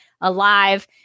alive